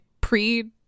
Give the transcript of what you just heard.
pre